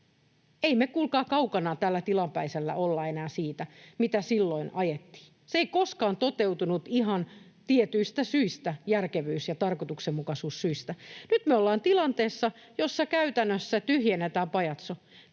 Ei me, kuulkaa, kaukana tällä tilapäisellä olla enää siitä, mitä silloin ajettiin. Se ei koskaan toteutunut ihan tietyistä syistä: järkevyys- ja tarkoituksenmukaisuussyistä. Nyt me ollaan tilanteessa, jossa käytännössä tyhjennetään pajatso.